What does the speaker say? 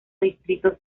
distritos